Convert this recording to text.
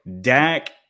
Dak